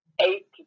eight